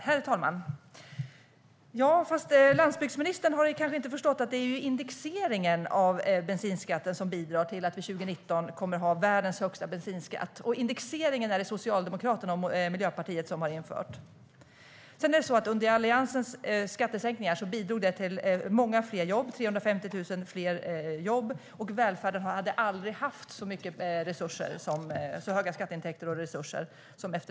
Herr talman! Landsbygdsministern har kanske inte förstått att det är indexeringen av bensinskatten som bidrar till att vi 2019 kommer att ha världens högsta bensinskatt. Det är Socialdemokraterna och Miljöpartiet som har infört indexeringen. Alliansens skattesänkningar bidrog till många fler jobb, 350 000 fler jobb, och välfärden hade aldrig haft så stora skatteintäkter och resurser som då.